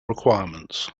requirements